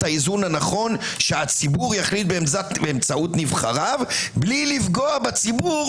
האיזון הנכון שהציבור יחליט באמצעות נבחריו בלי לפגוע בציבור